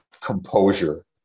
composure